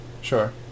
Sure